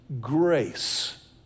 grace